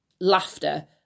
laughter